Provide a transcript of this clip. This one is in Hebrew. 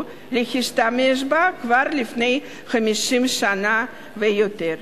להשתמש בה כבר לפני 50 שנה ויותר.